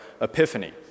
Epiphany